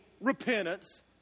repentance